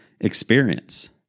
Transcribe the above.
experience